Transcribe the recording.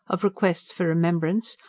of requests for remembrance,